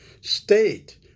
state